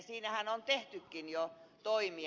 siinähän on tehtykin jo toimia